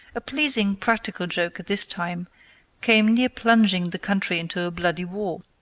a pleasing practical joke at this time came near plunging the country into a bloody war.